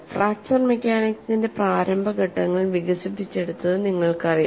fracture മെക്കാനിക്സിന്റെ പ്രാരംഭ ഘട്ടങ്ങൾ വികസിപ്പിച്ചെടുത്തത് നിങ്ങൾക്കറിയാം